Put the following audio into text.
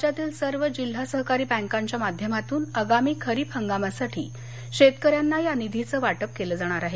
राज्यातील सर्व जिल्हा सहकारी बँकांच्या माध्यमातून आगामी खरीप हंगामासाठी शेतकऱ्यांना या निधीच वाटप केलं जाणार आहे